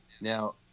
Now